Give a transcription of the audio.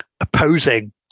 opposing